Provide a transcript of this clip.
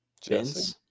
Jesse